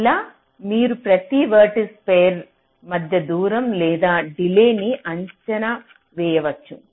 ఇలా మీరు ప్రతి వెర్టిసిస్ ఫెయిర్ మధ్య దూరం లేదా డిలేన్ని అంచనా వేయవచ్చు